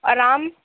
اور آم